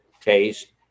taste